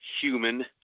human